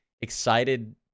excited